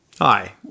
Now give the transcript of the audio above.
Hi